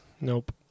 Nope